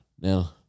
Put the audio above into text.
Now